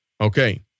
Okay